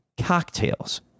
cocktails